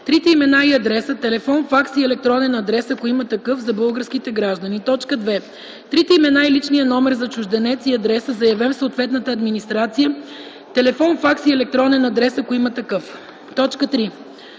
трите имена и адреса, телефон, факс и електронен адрес, ако има такъв – за българските граждани; 2. трите имена и личния номер за чужденец и адреса, заявен в съответната администрация, телефон, факс и електронен адрес, ако има такъв; 3.